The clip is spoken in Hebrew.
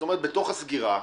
כלומר בתוך הסגירה,